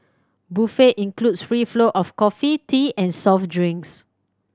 buffet includes free flow of coffee tea and soft drinks